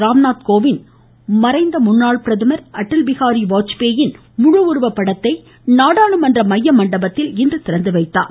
ராம்நாத் கோவிந்த் மறைந்த முன்னாள் பிரதமர் அடல் பிஹாரி வாஜ்பேயின் முழு உருவ படத்தை நாடாளுமன்ற மைய மண்டபத்தில் இன்று திறந்துவைத்தார்